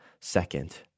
second